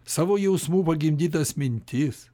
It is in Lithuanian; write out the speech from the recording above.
savo jausmų pagimdytas mintis